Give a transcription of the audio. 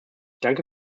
danke